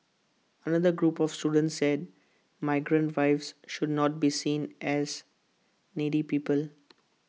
another group of students said migrant wives should not be seen as needy people